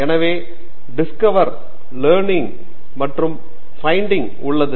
எனவே discover learning மற்றும் finding உள்ளது